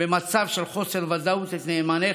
במצב של חוסר ודאות את נאמניך,